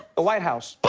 the white house.